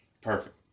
perfect